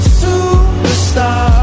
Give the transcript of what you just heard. superstar